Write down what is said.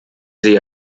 sie